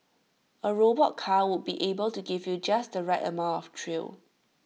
A robot car would be able give you just the right amount of thrill